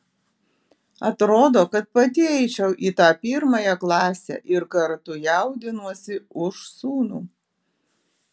atrodo kad pati eičiau į tą pirmąją klasę ir kartu jaudinuosi už sūnų